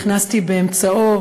נכנסתי באמצעו,